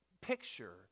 picture